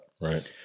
Right